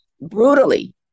brutally